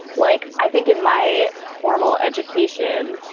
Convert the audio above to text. like i think in my formal education.